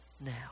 now